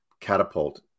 catapult